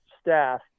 staff